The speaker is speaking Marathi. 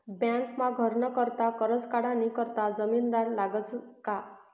बँकमा घरनं करता करजं काढानी करता जामिनदार लागसच का